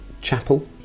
chapel